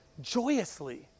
joyously